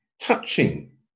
touching